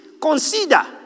consider